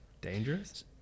Dangerous